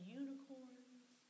unicorns